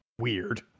weird